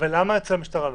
ולמה אצל המשטרה לא?